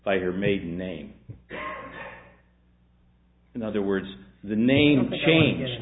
by her maiden name in other words the name change